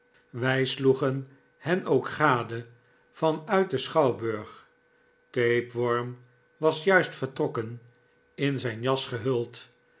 wij sloegen hen ook gade van uit den schouwburg tapeworm was juist vertrokken in zijn jas gehuld